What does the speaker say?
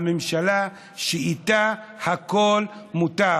הממשלה שאיתה הכול מותר.